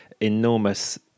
Enormous